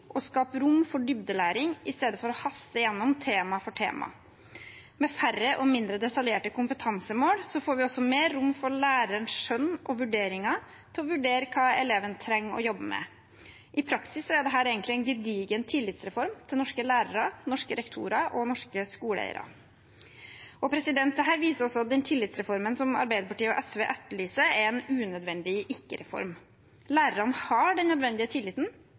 skape rom for dybdelæring i stedet for å haste gjennom tema for tema. Med færre og mindre detaljerte kompetansemål får vi også mer rom for lærerens skjønn og vurderinger når det gjelder hva eleven trenger å jobbe med. I praksis er dette egentlig en gedigen tillitsreform til norske lærere, norske rektorer og norske skoleeiere. Dette viser også at tillitsreformen som Arbeiderpartiet og SV etterlyser, er en unødvendig ikke-reform. Lærerne har den nødvendige tilliten,